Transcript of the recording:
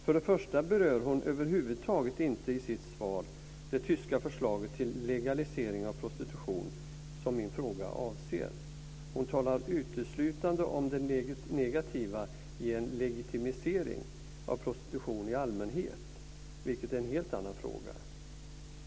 För det första berör hon över huvud taget inte i sitt svar det tyska förslag till legalisering av prostitution som min fråga avser. Hon talar uteslutande om det negativa i en legitimisering av prostitution i allmänhet, vilket är en helt annan fråga.